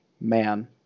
Man